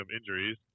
injuries